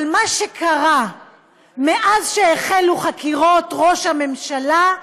אבל מה שקרה מאז תחילת חקירות ראש הממשלה,